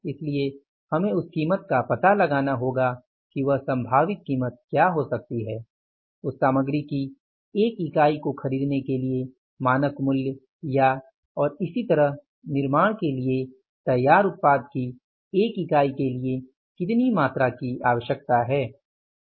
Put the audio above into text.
इसलिए हमें उस कीमत का पता लगाना होगा कि वह संभावित कीमत क्या हो सकती है उस सामग्री की 1 इकाई को खरीदने के लिए मानक मूल्य या और इसी तरह निर्माण के लिए तैयार उत्पाद की 1 इकाई के लिए कितनी मात्रा की आवश्यकता है